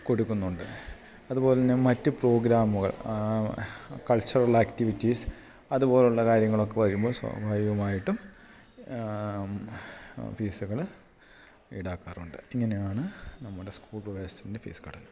കൊട്ക്ക്ന്നൊണ്ട് അതുപോലന്നെ മറ്റ് പ്രോഗ്രാമുകൾ കൾച്ചറൽ ആക്റ്റിവിറ്റീസ് അതുപോലുള്ള കാര്യങ്ങളൊക്കെ വരുമ്പോ സ്വാഭാവികമായിട്ടും ഫീസ്സ്കള് ഇടാക്കാറുണ്ട് ഇങ്ങനെയാണ് നമ്മുടെ സ്കൂൾ പ്രവേശ്നത്തിൻ്റെ ഫീസ് ഘടന